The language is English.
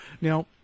Now